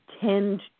tend